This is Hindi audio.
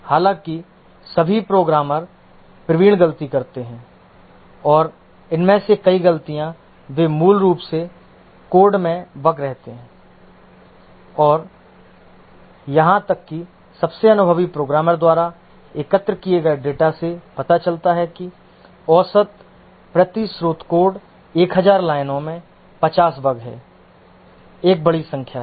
हालांकि सभी प्रोग्रामर प्रवीण गलती करते हैं और इनमें से कई गलतियां वे मूल रूप से कोड में बग रहते हैं और यहां तक कि सबसे अनुभवी प्रोग्रामर द्वारा एकत्र किए गए डेटा से पता चलता है कि औसत प्रति स्रोत कोड 1000 लाइनों में 50 बग हैं एक बड़ी संख्या है